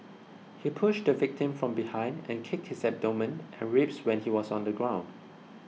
he pushed the victim from behind and kicked his abdomen and ribs when he was on the ground